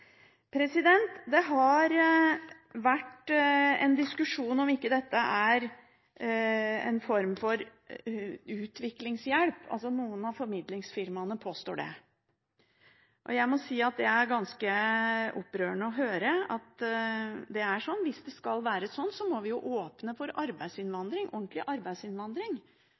Det har vært en diskusjon om ikke dette er en form for utviklingshjelp. Noen av formidlingsfirmaene påstår det. Jeg må si at det er ganske opprørende å høre at det er sånn. Hvis det skal være sånn, må vi jo åpne for arbeidsinnvandring, ordentlig arbeidsinnvandring,